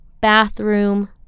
bathroom